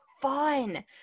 fun